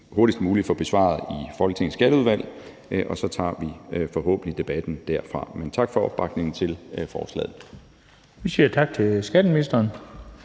hurtigst muligt få besvaret i Folketingets skatteudvalg, og så tager vi forhåbentlig debatten derfra. Tak for opbakningen til forslaget. Kl. 16:48 Den fg. formand (Bent